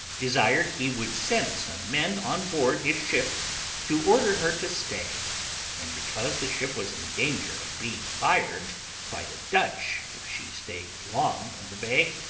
desired he would send some men on board his ship to order her to stay and because the ship was in danger of being fired by the dutch if she stayed long in the bay,